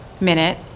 Minute